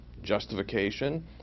justification